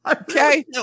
Okay